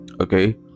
okay